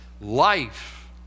Life